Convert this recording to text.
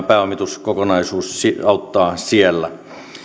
pääomituskokonaisuus tukee ja auttaa myöskin siellä